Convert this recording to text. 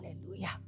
hallelujah